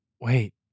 Wait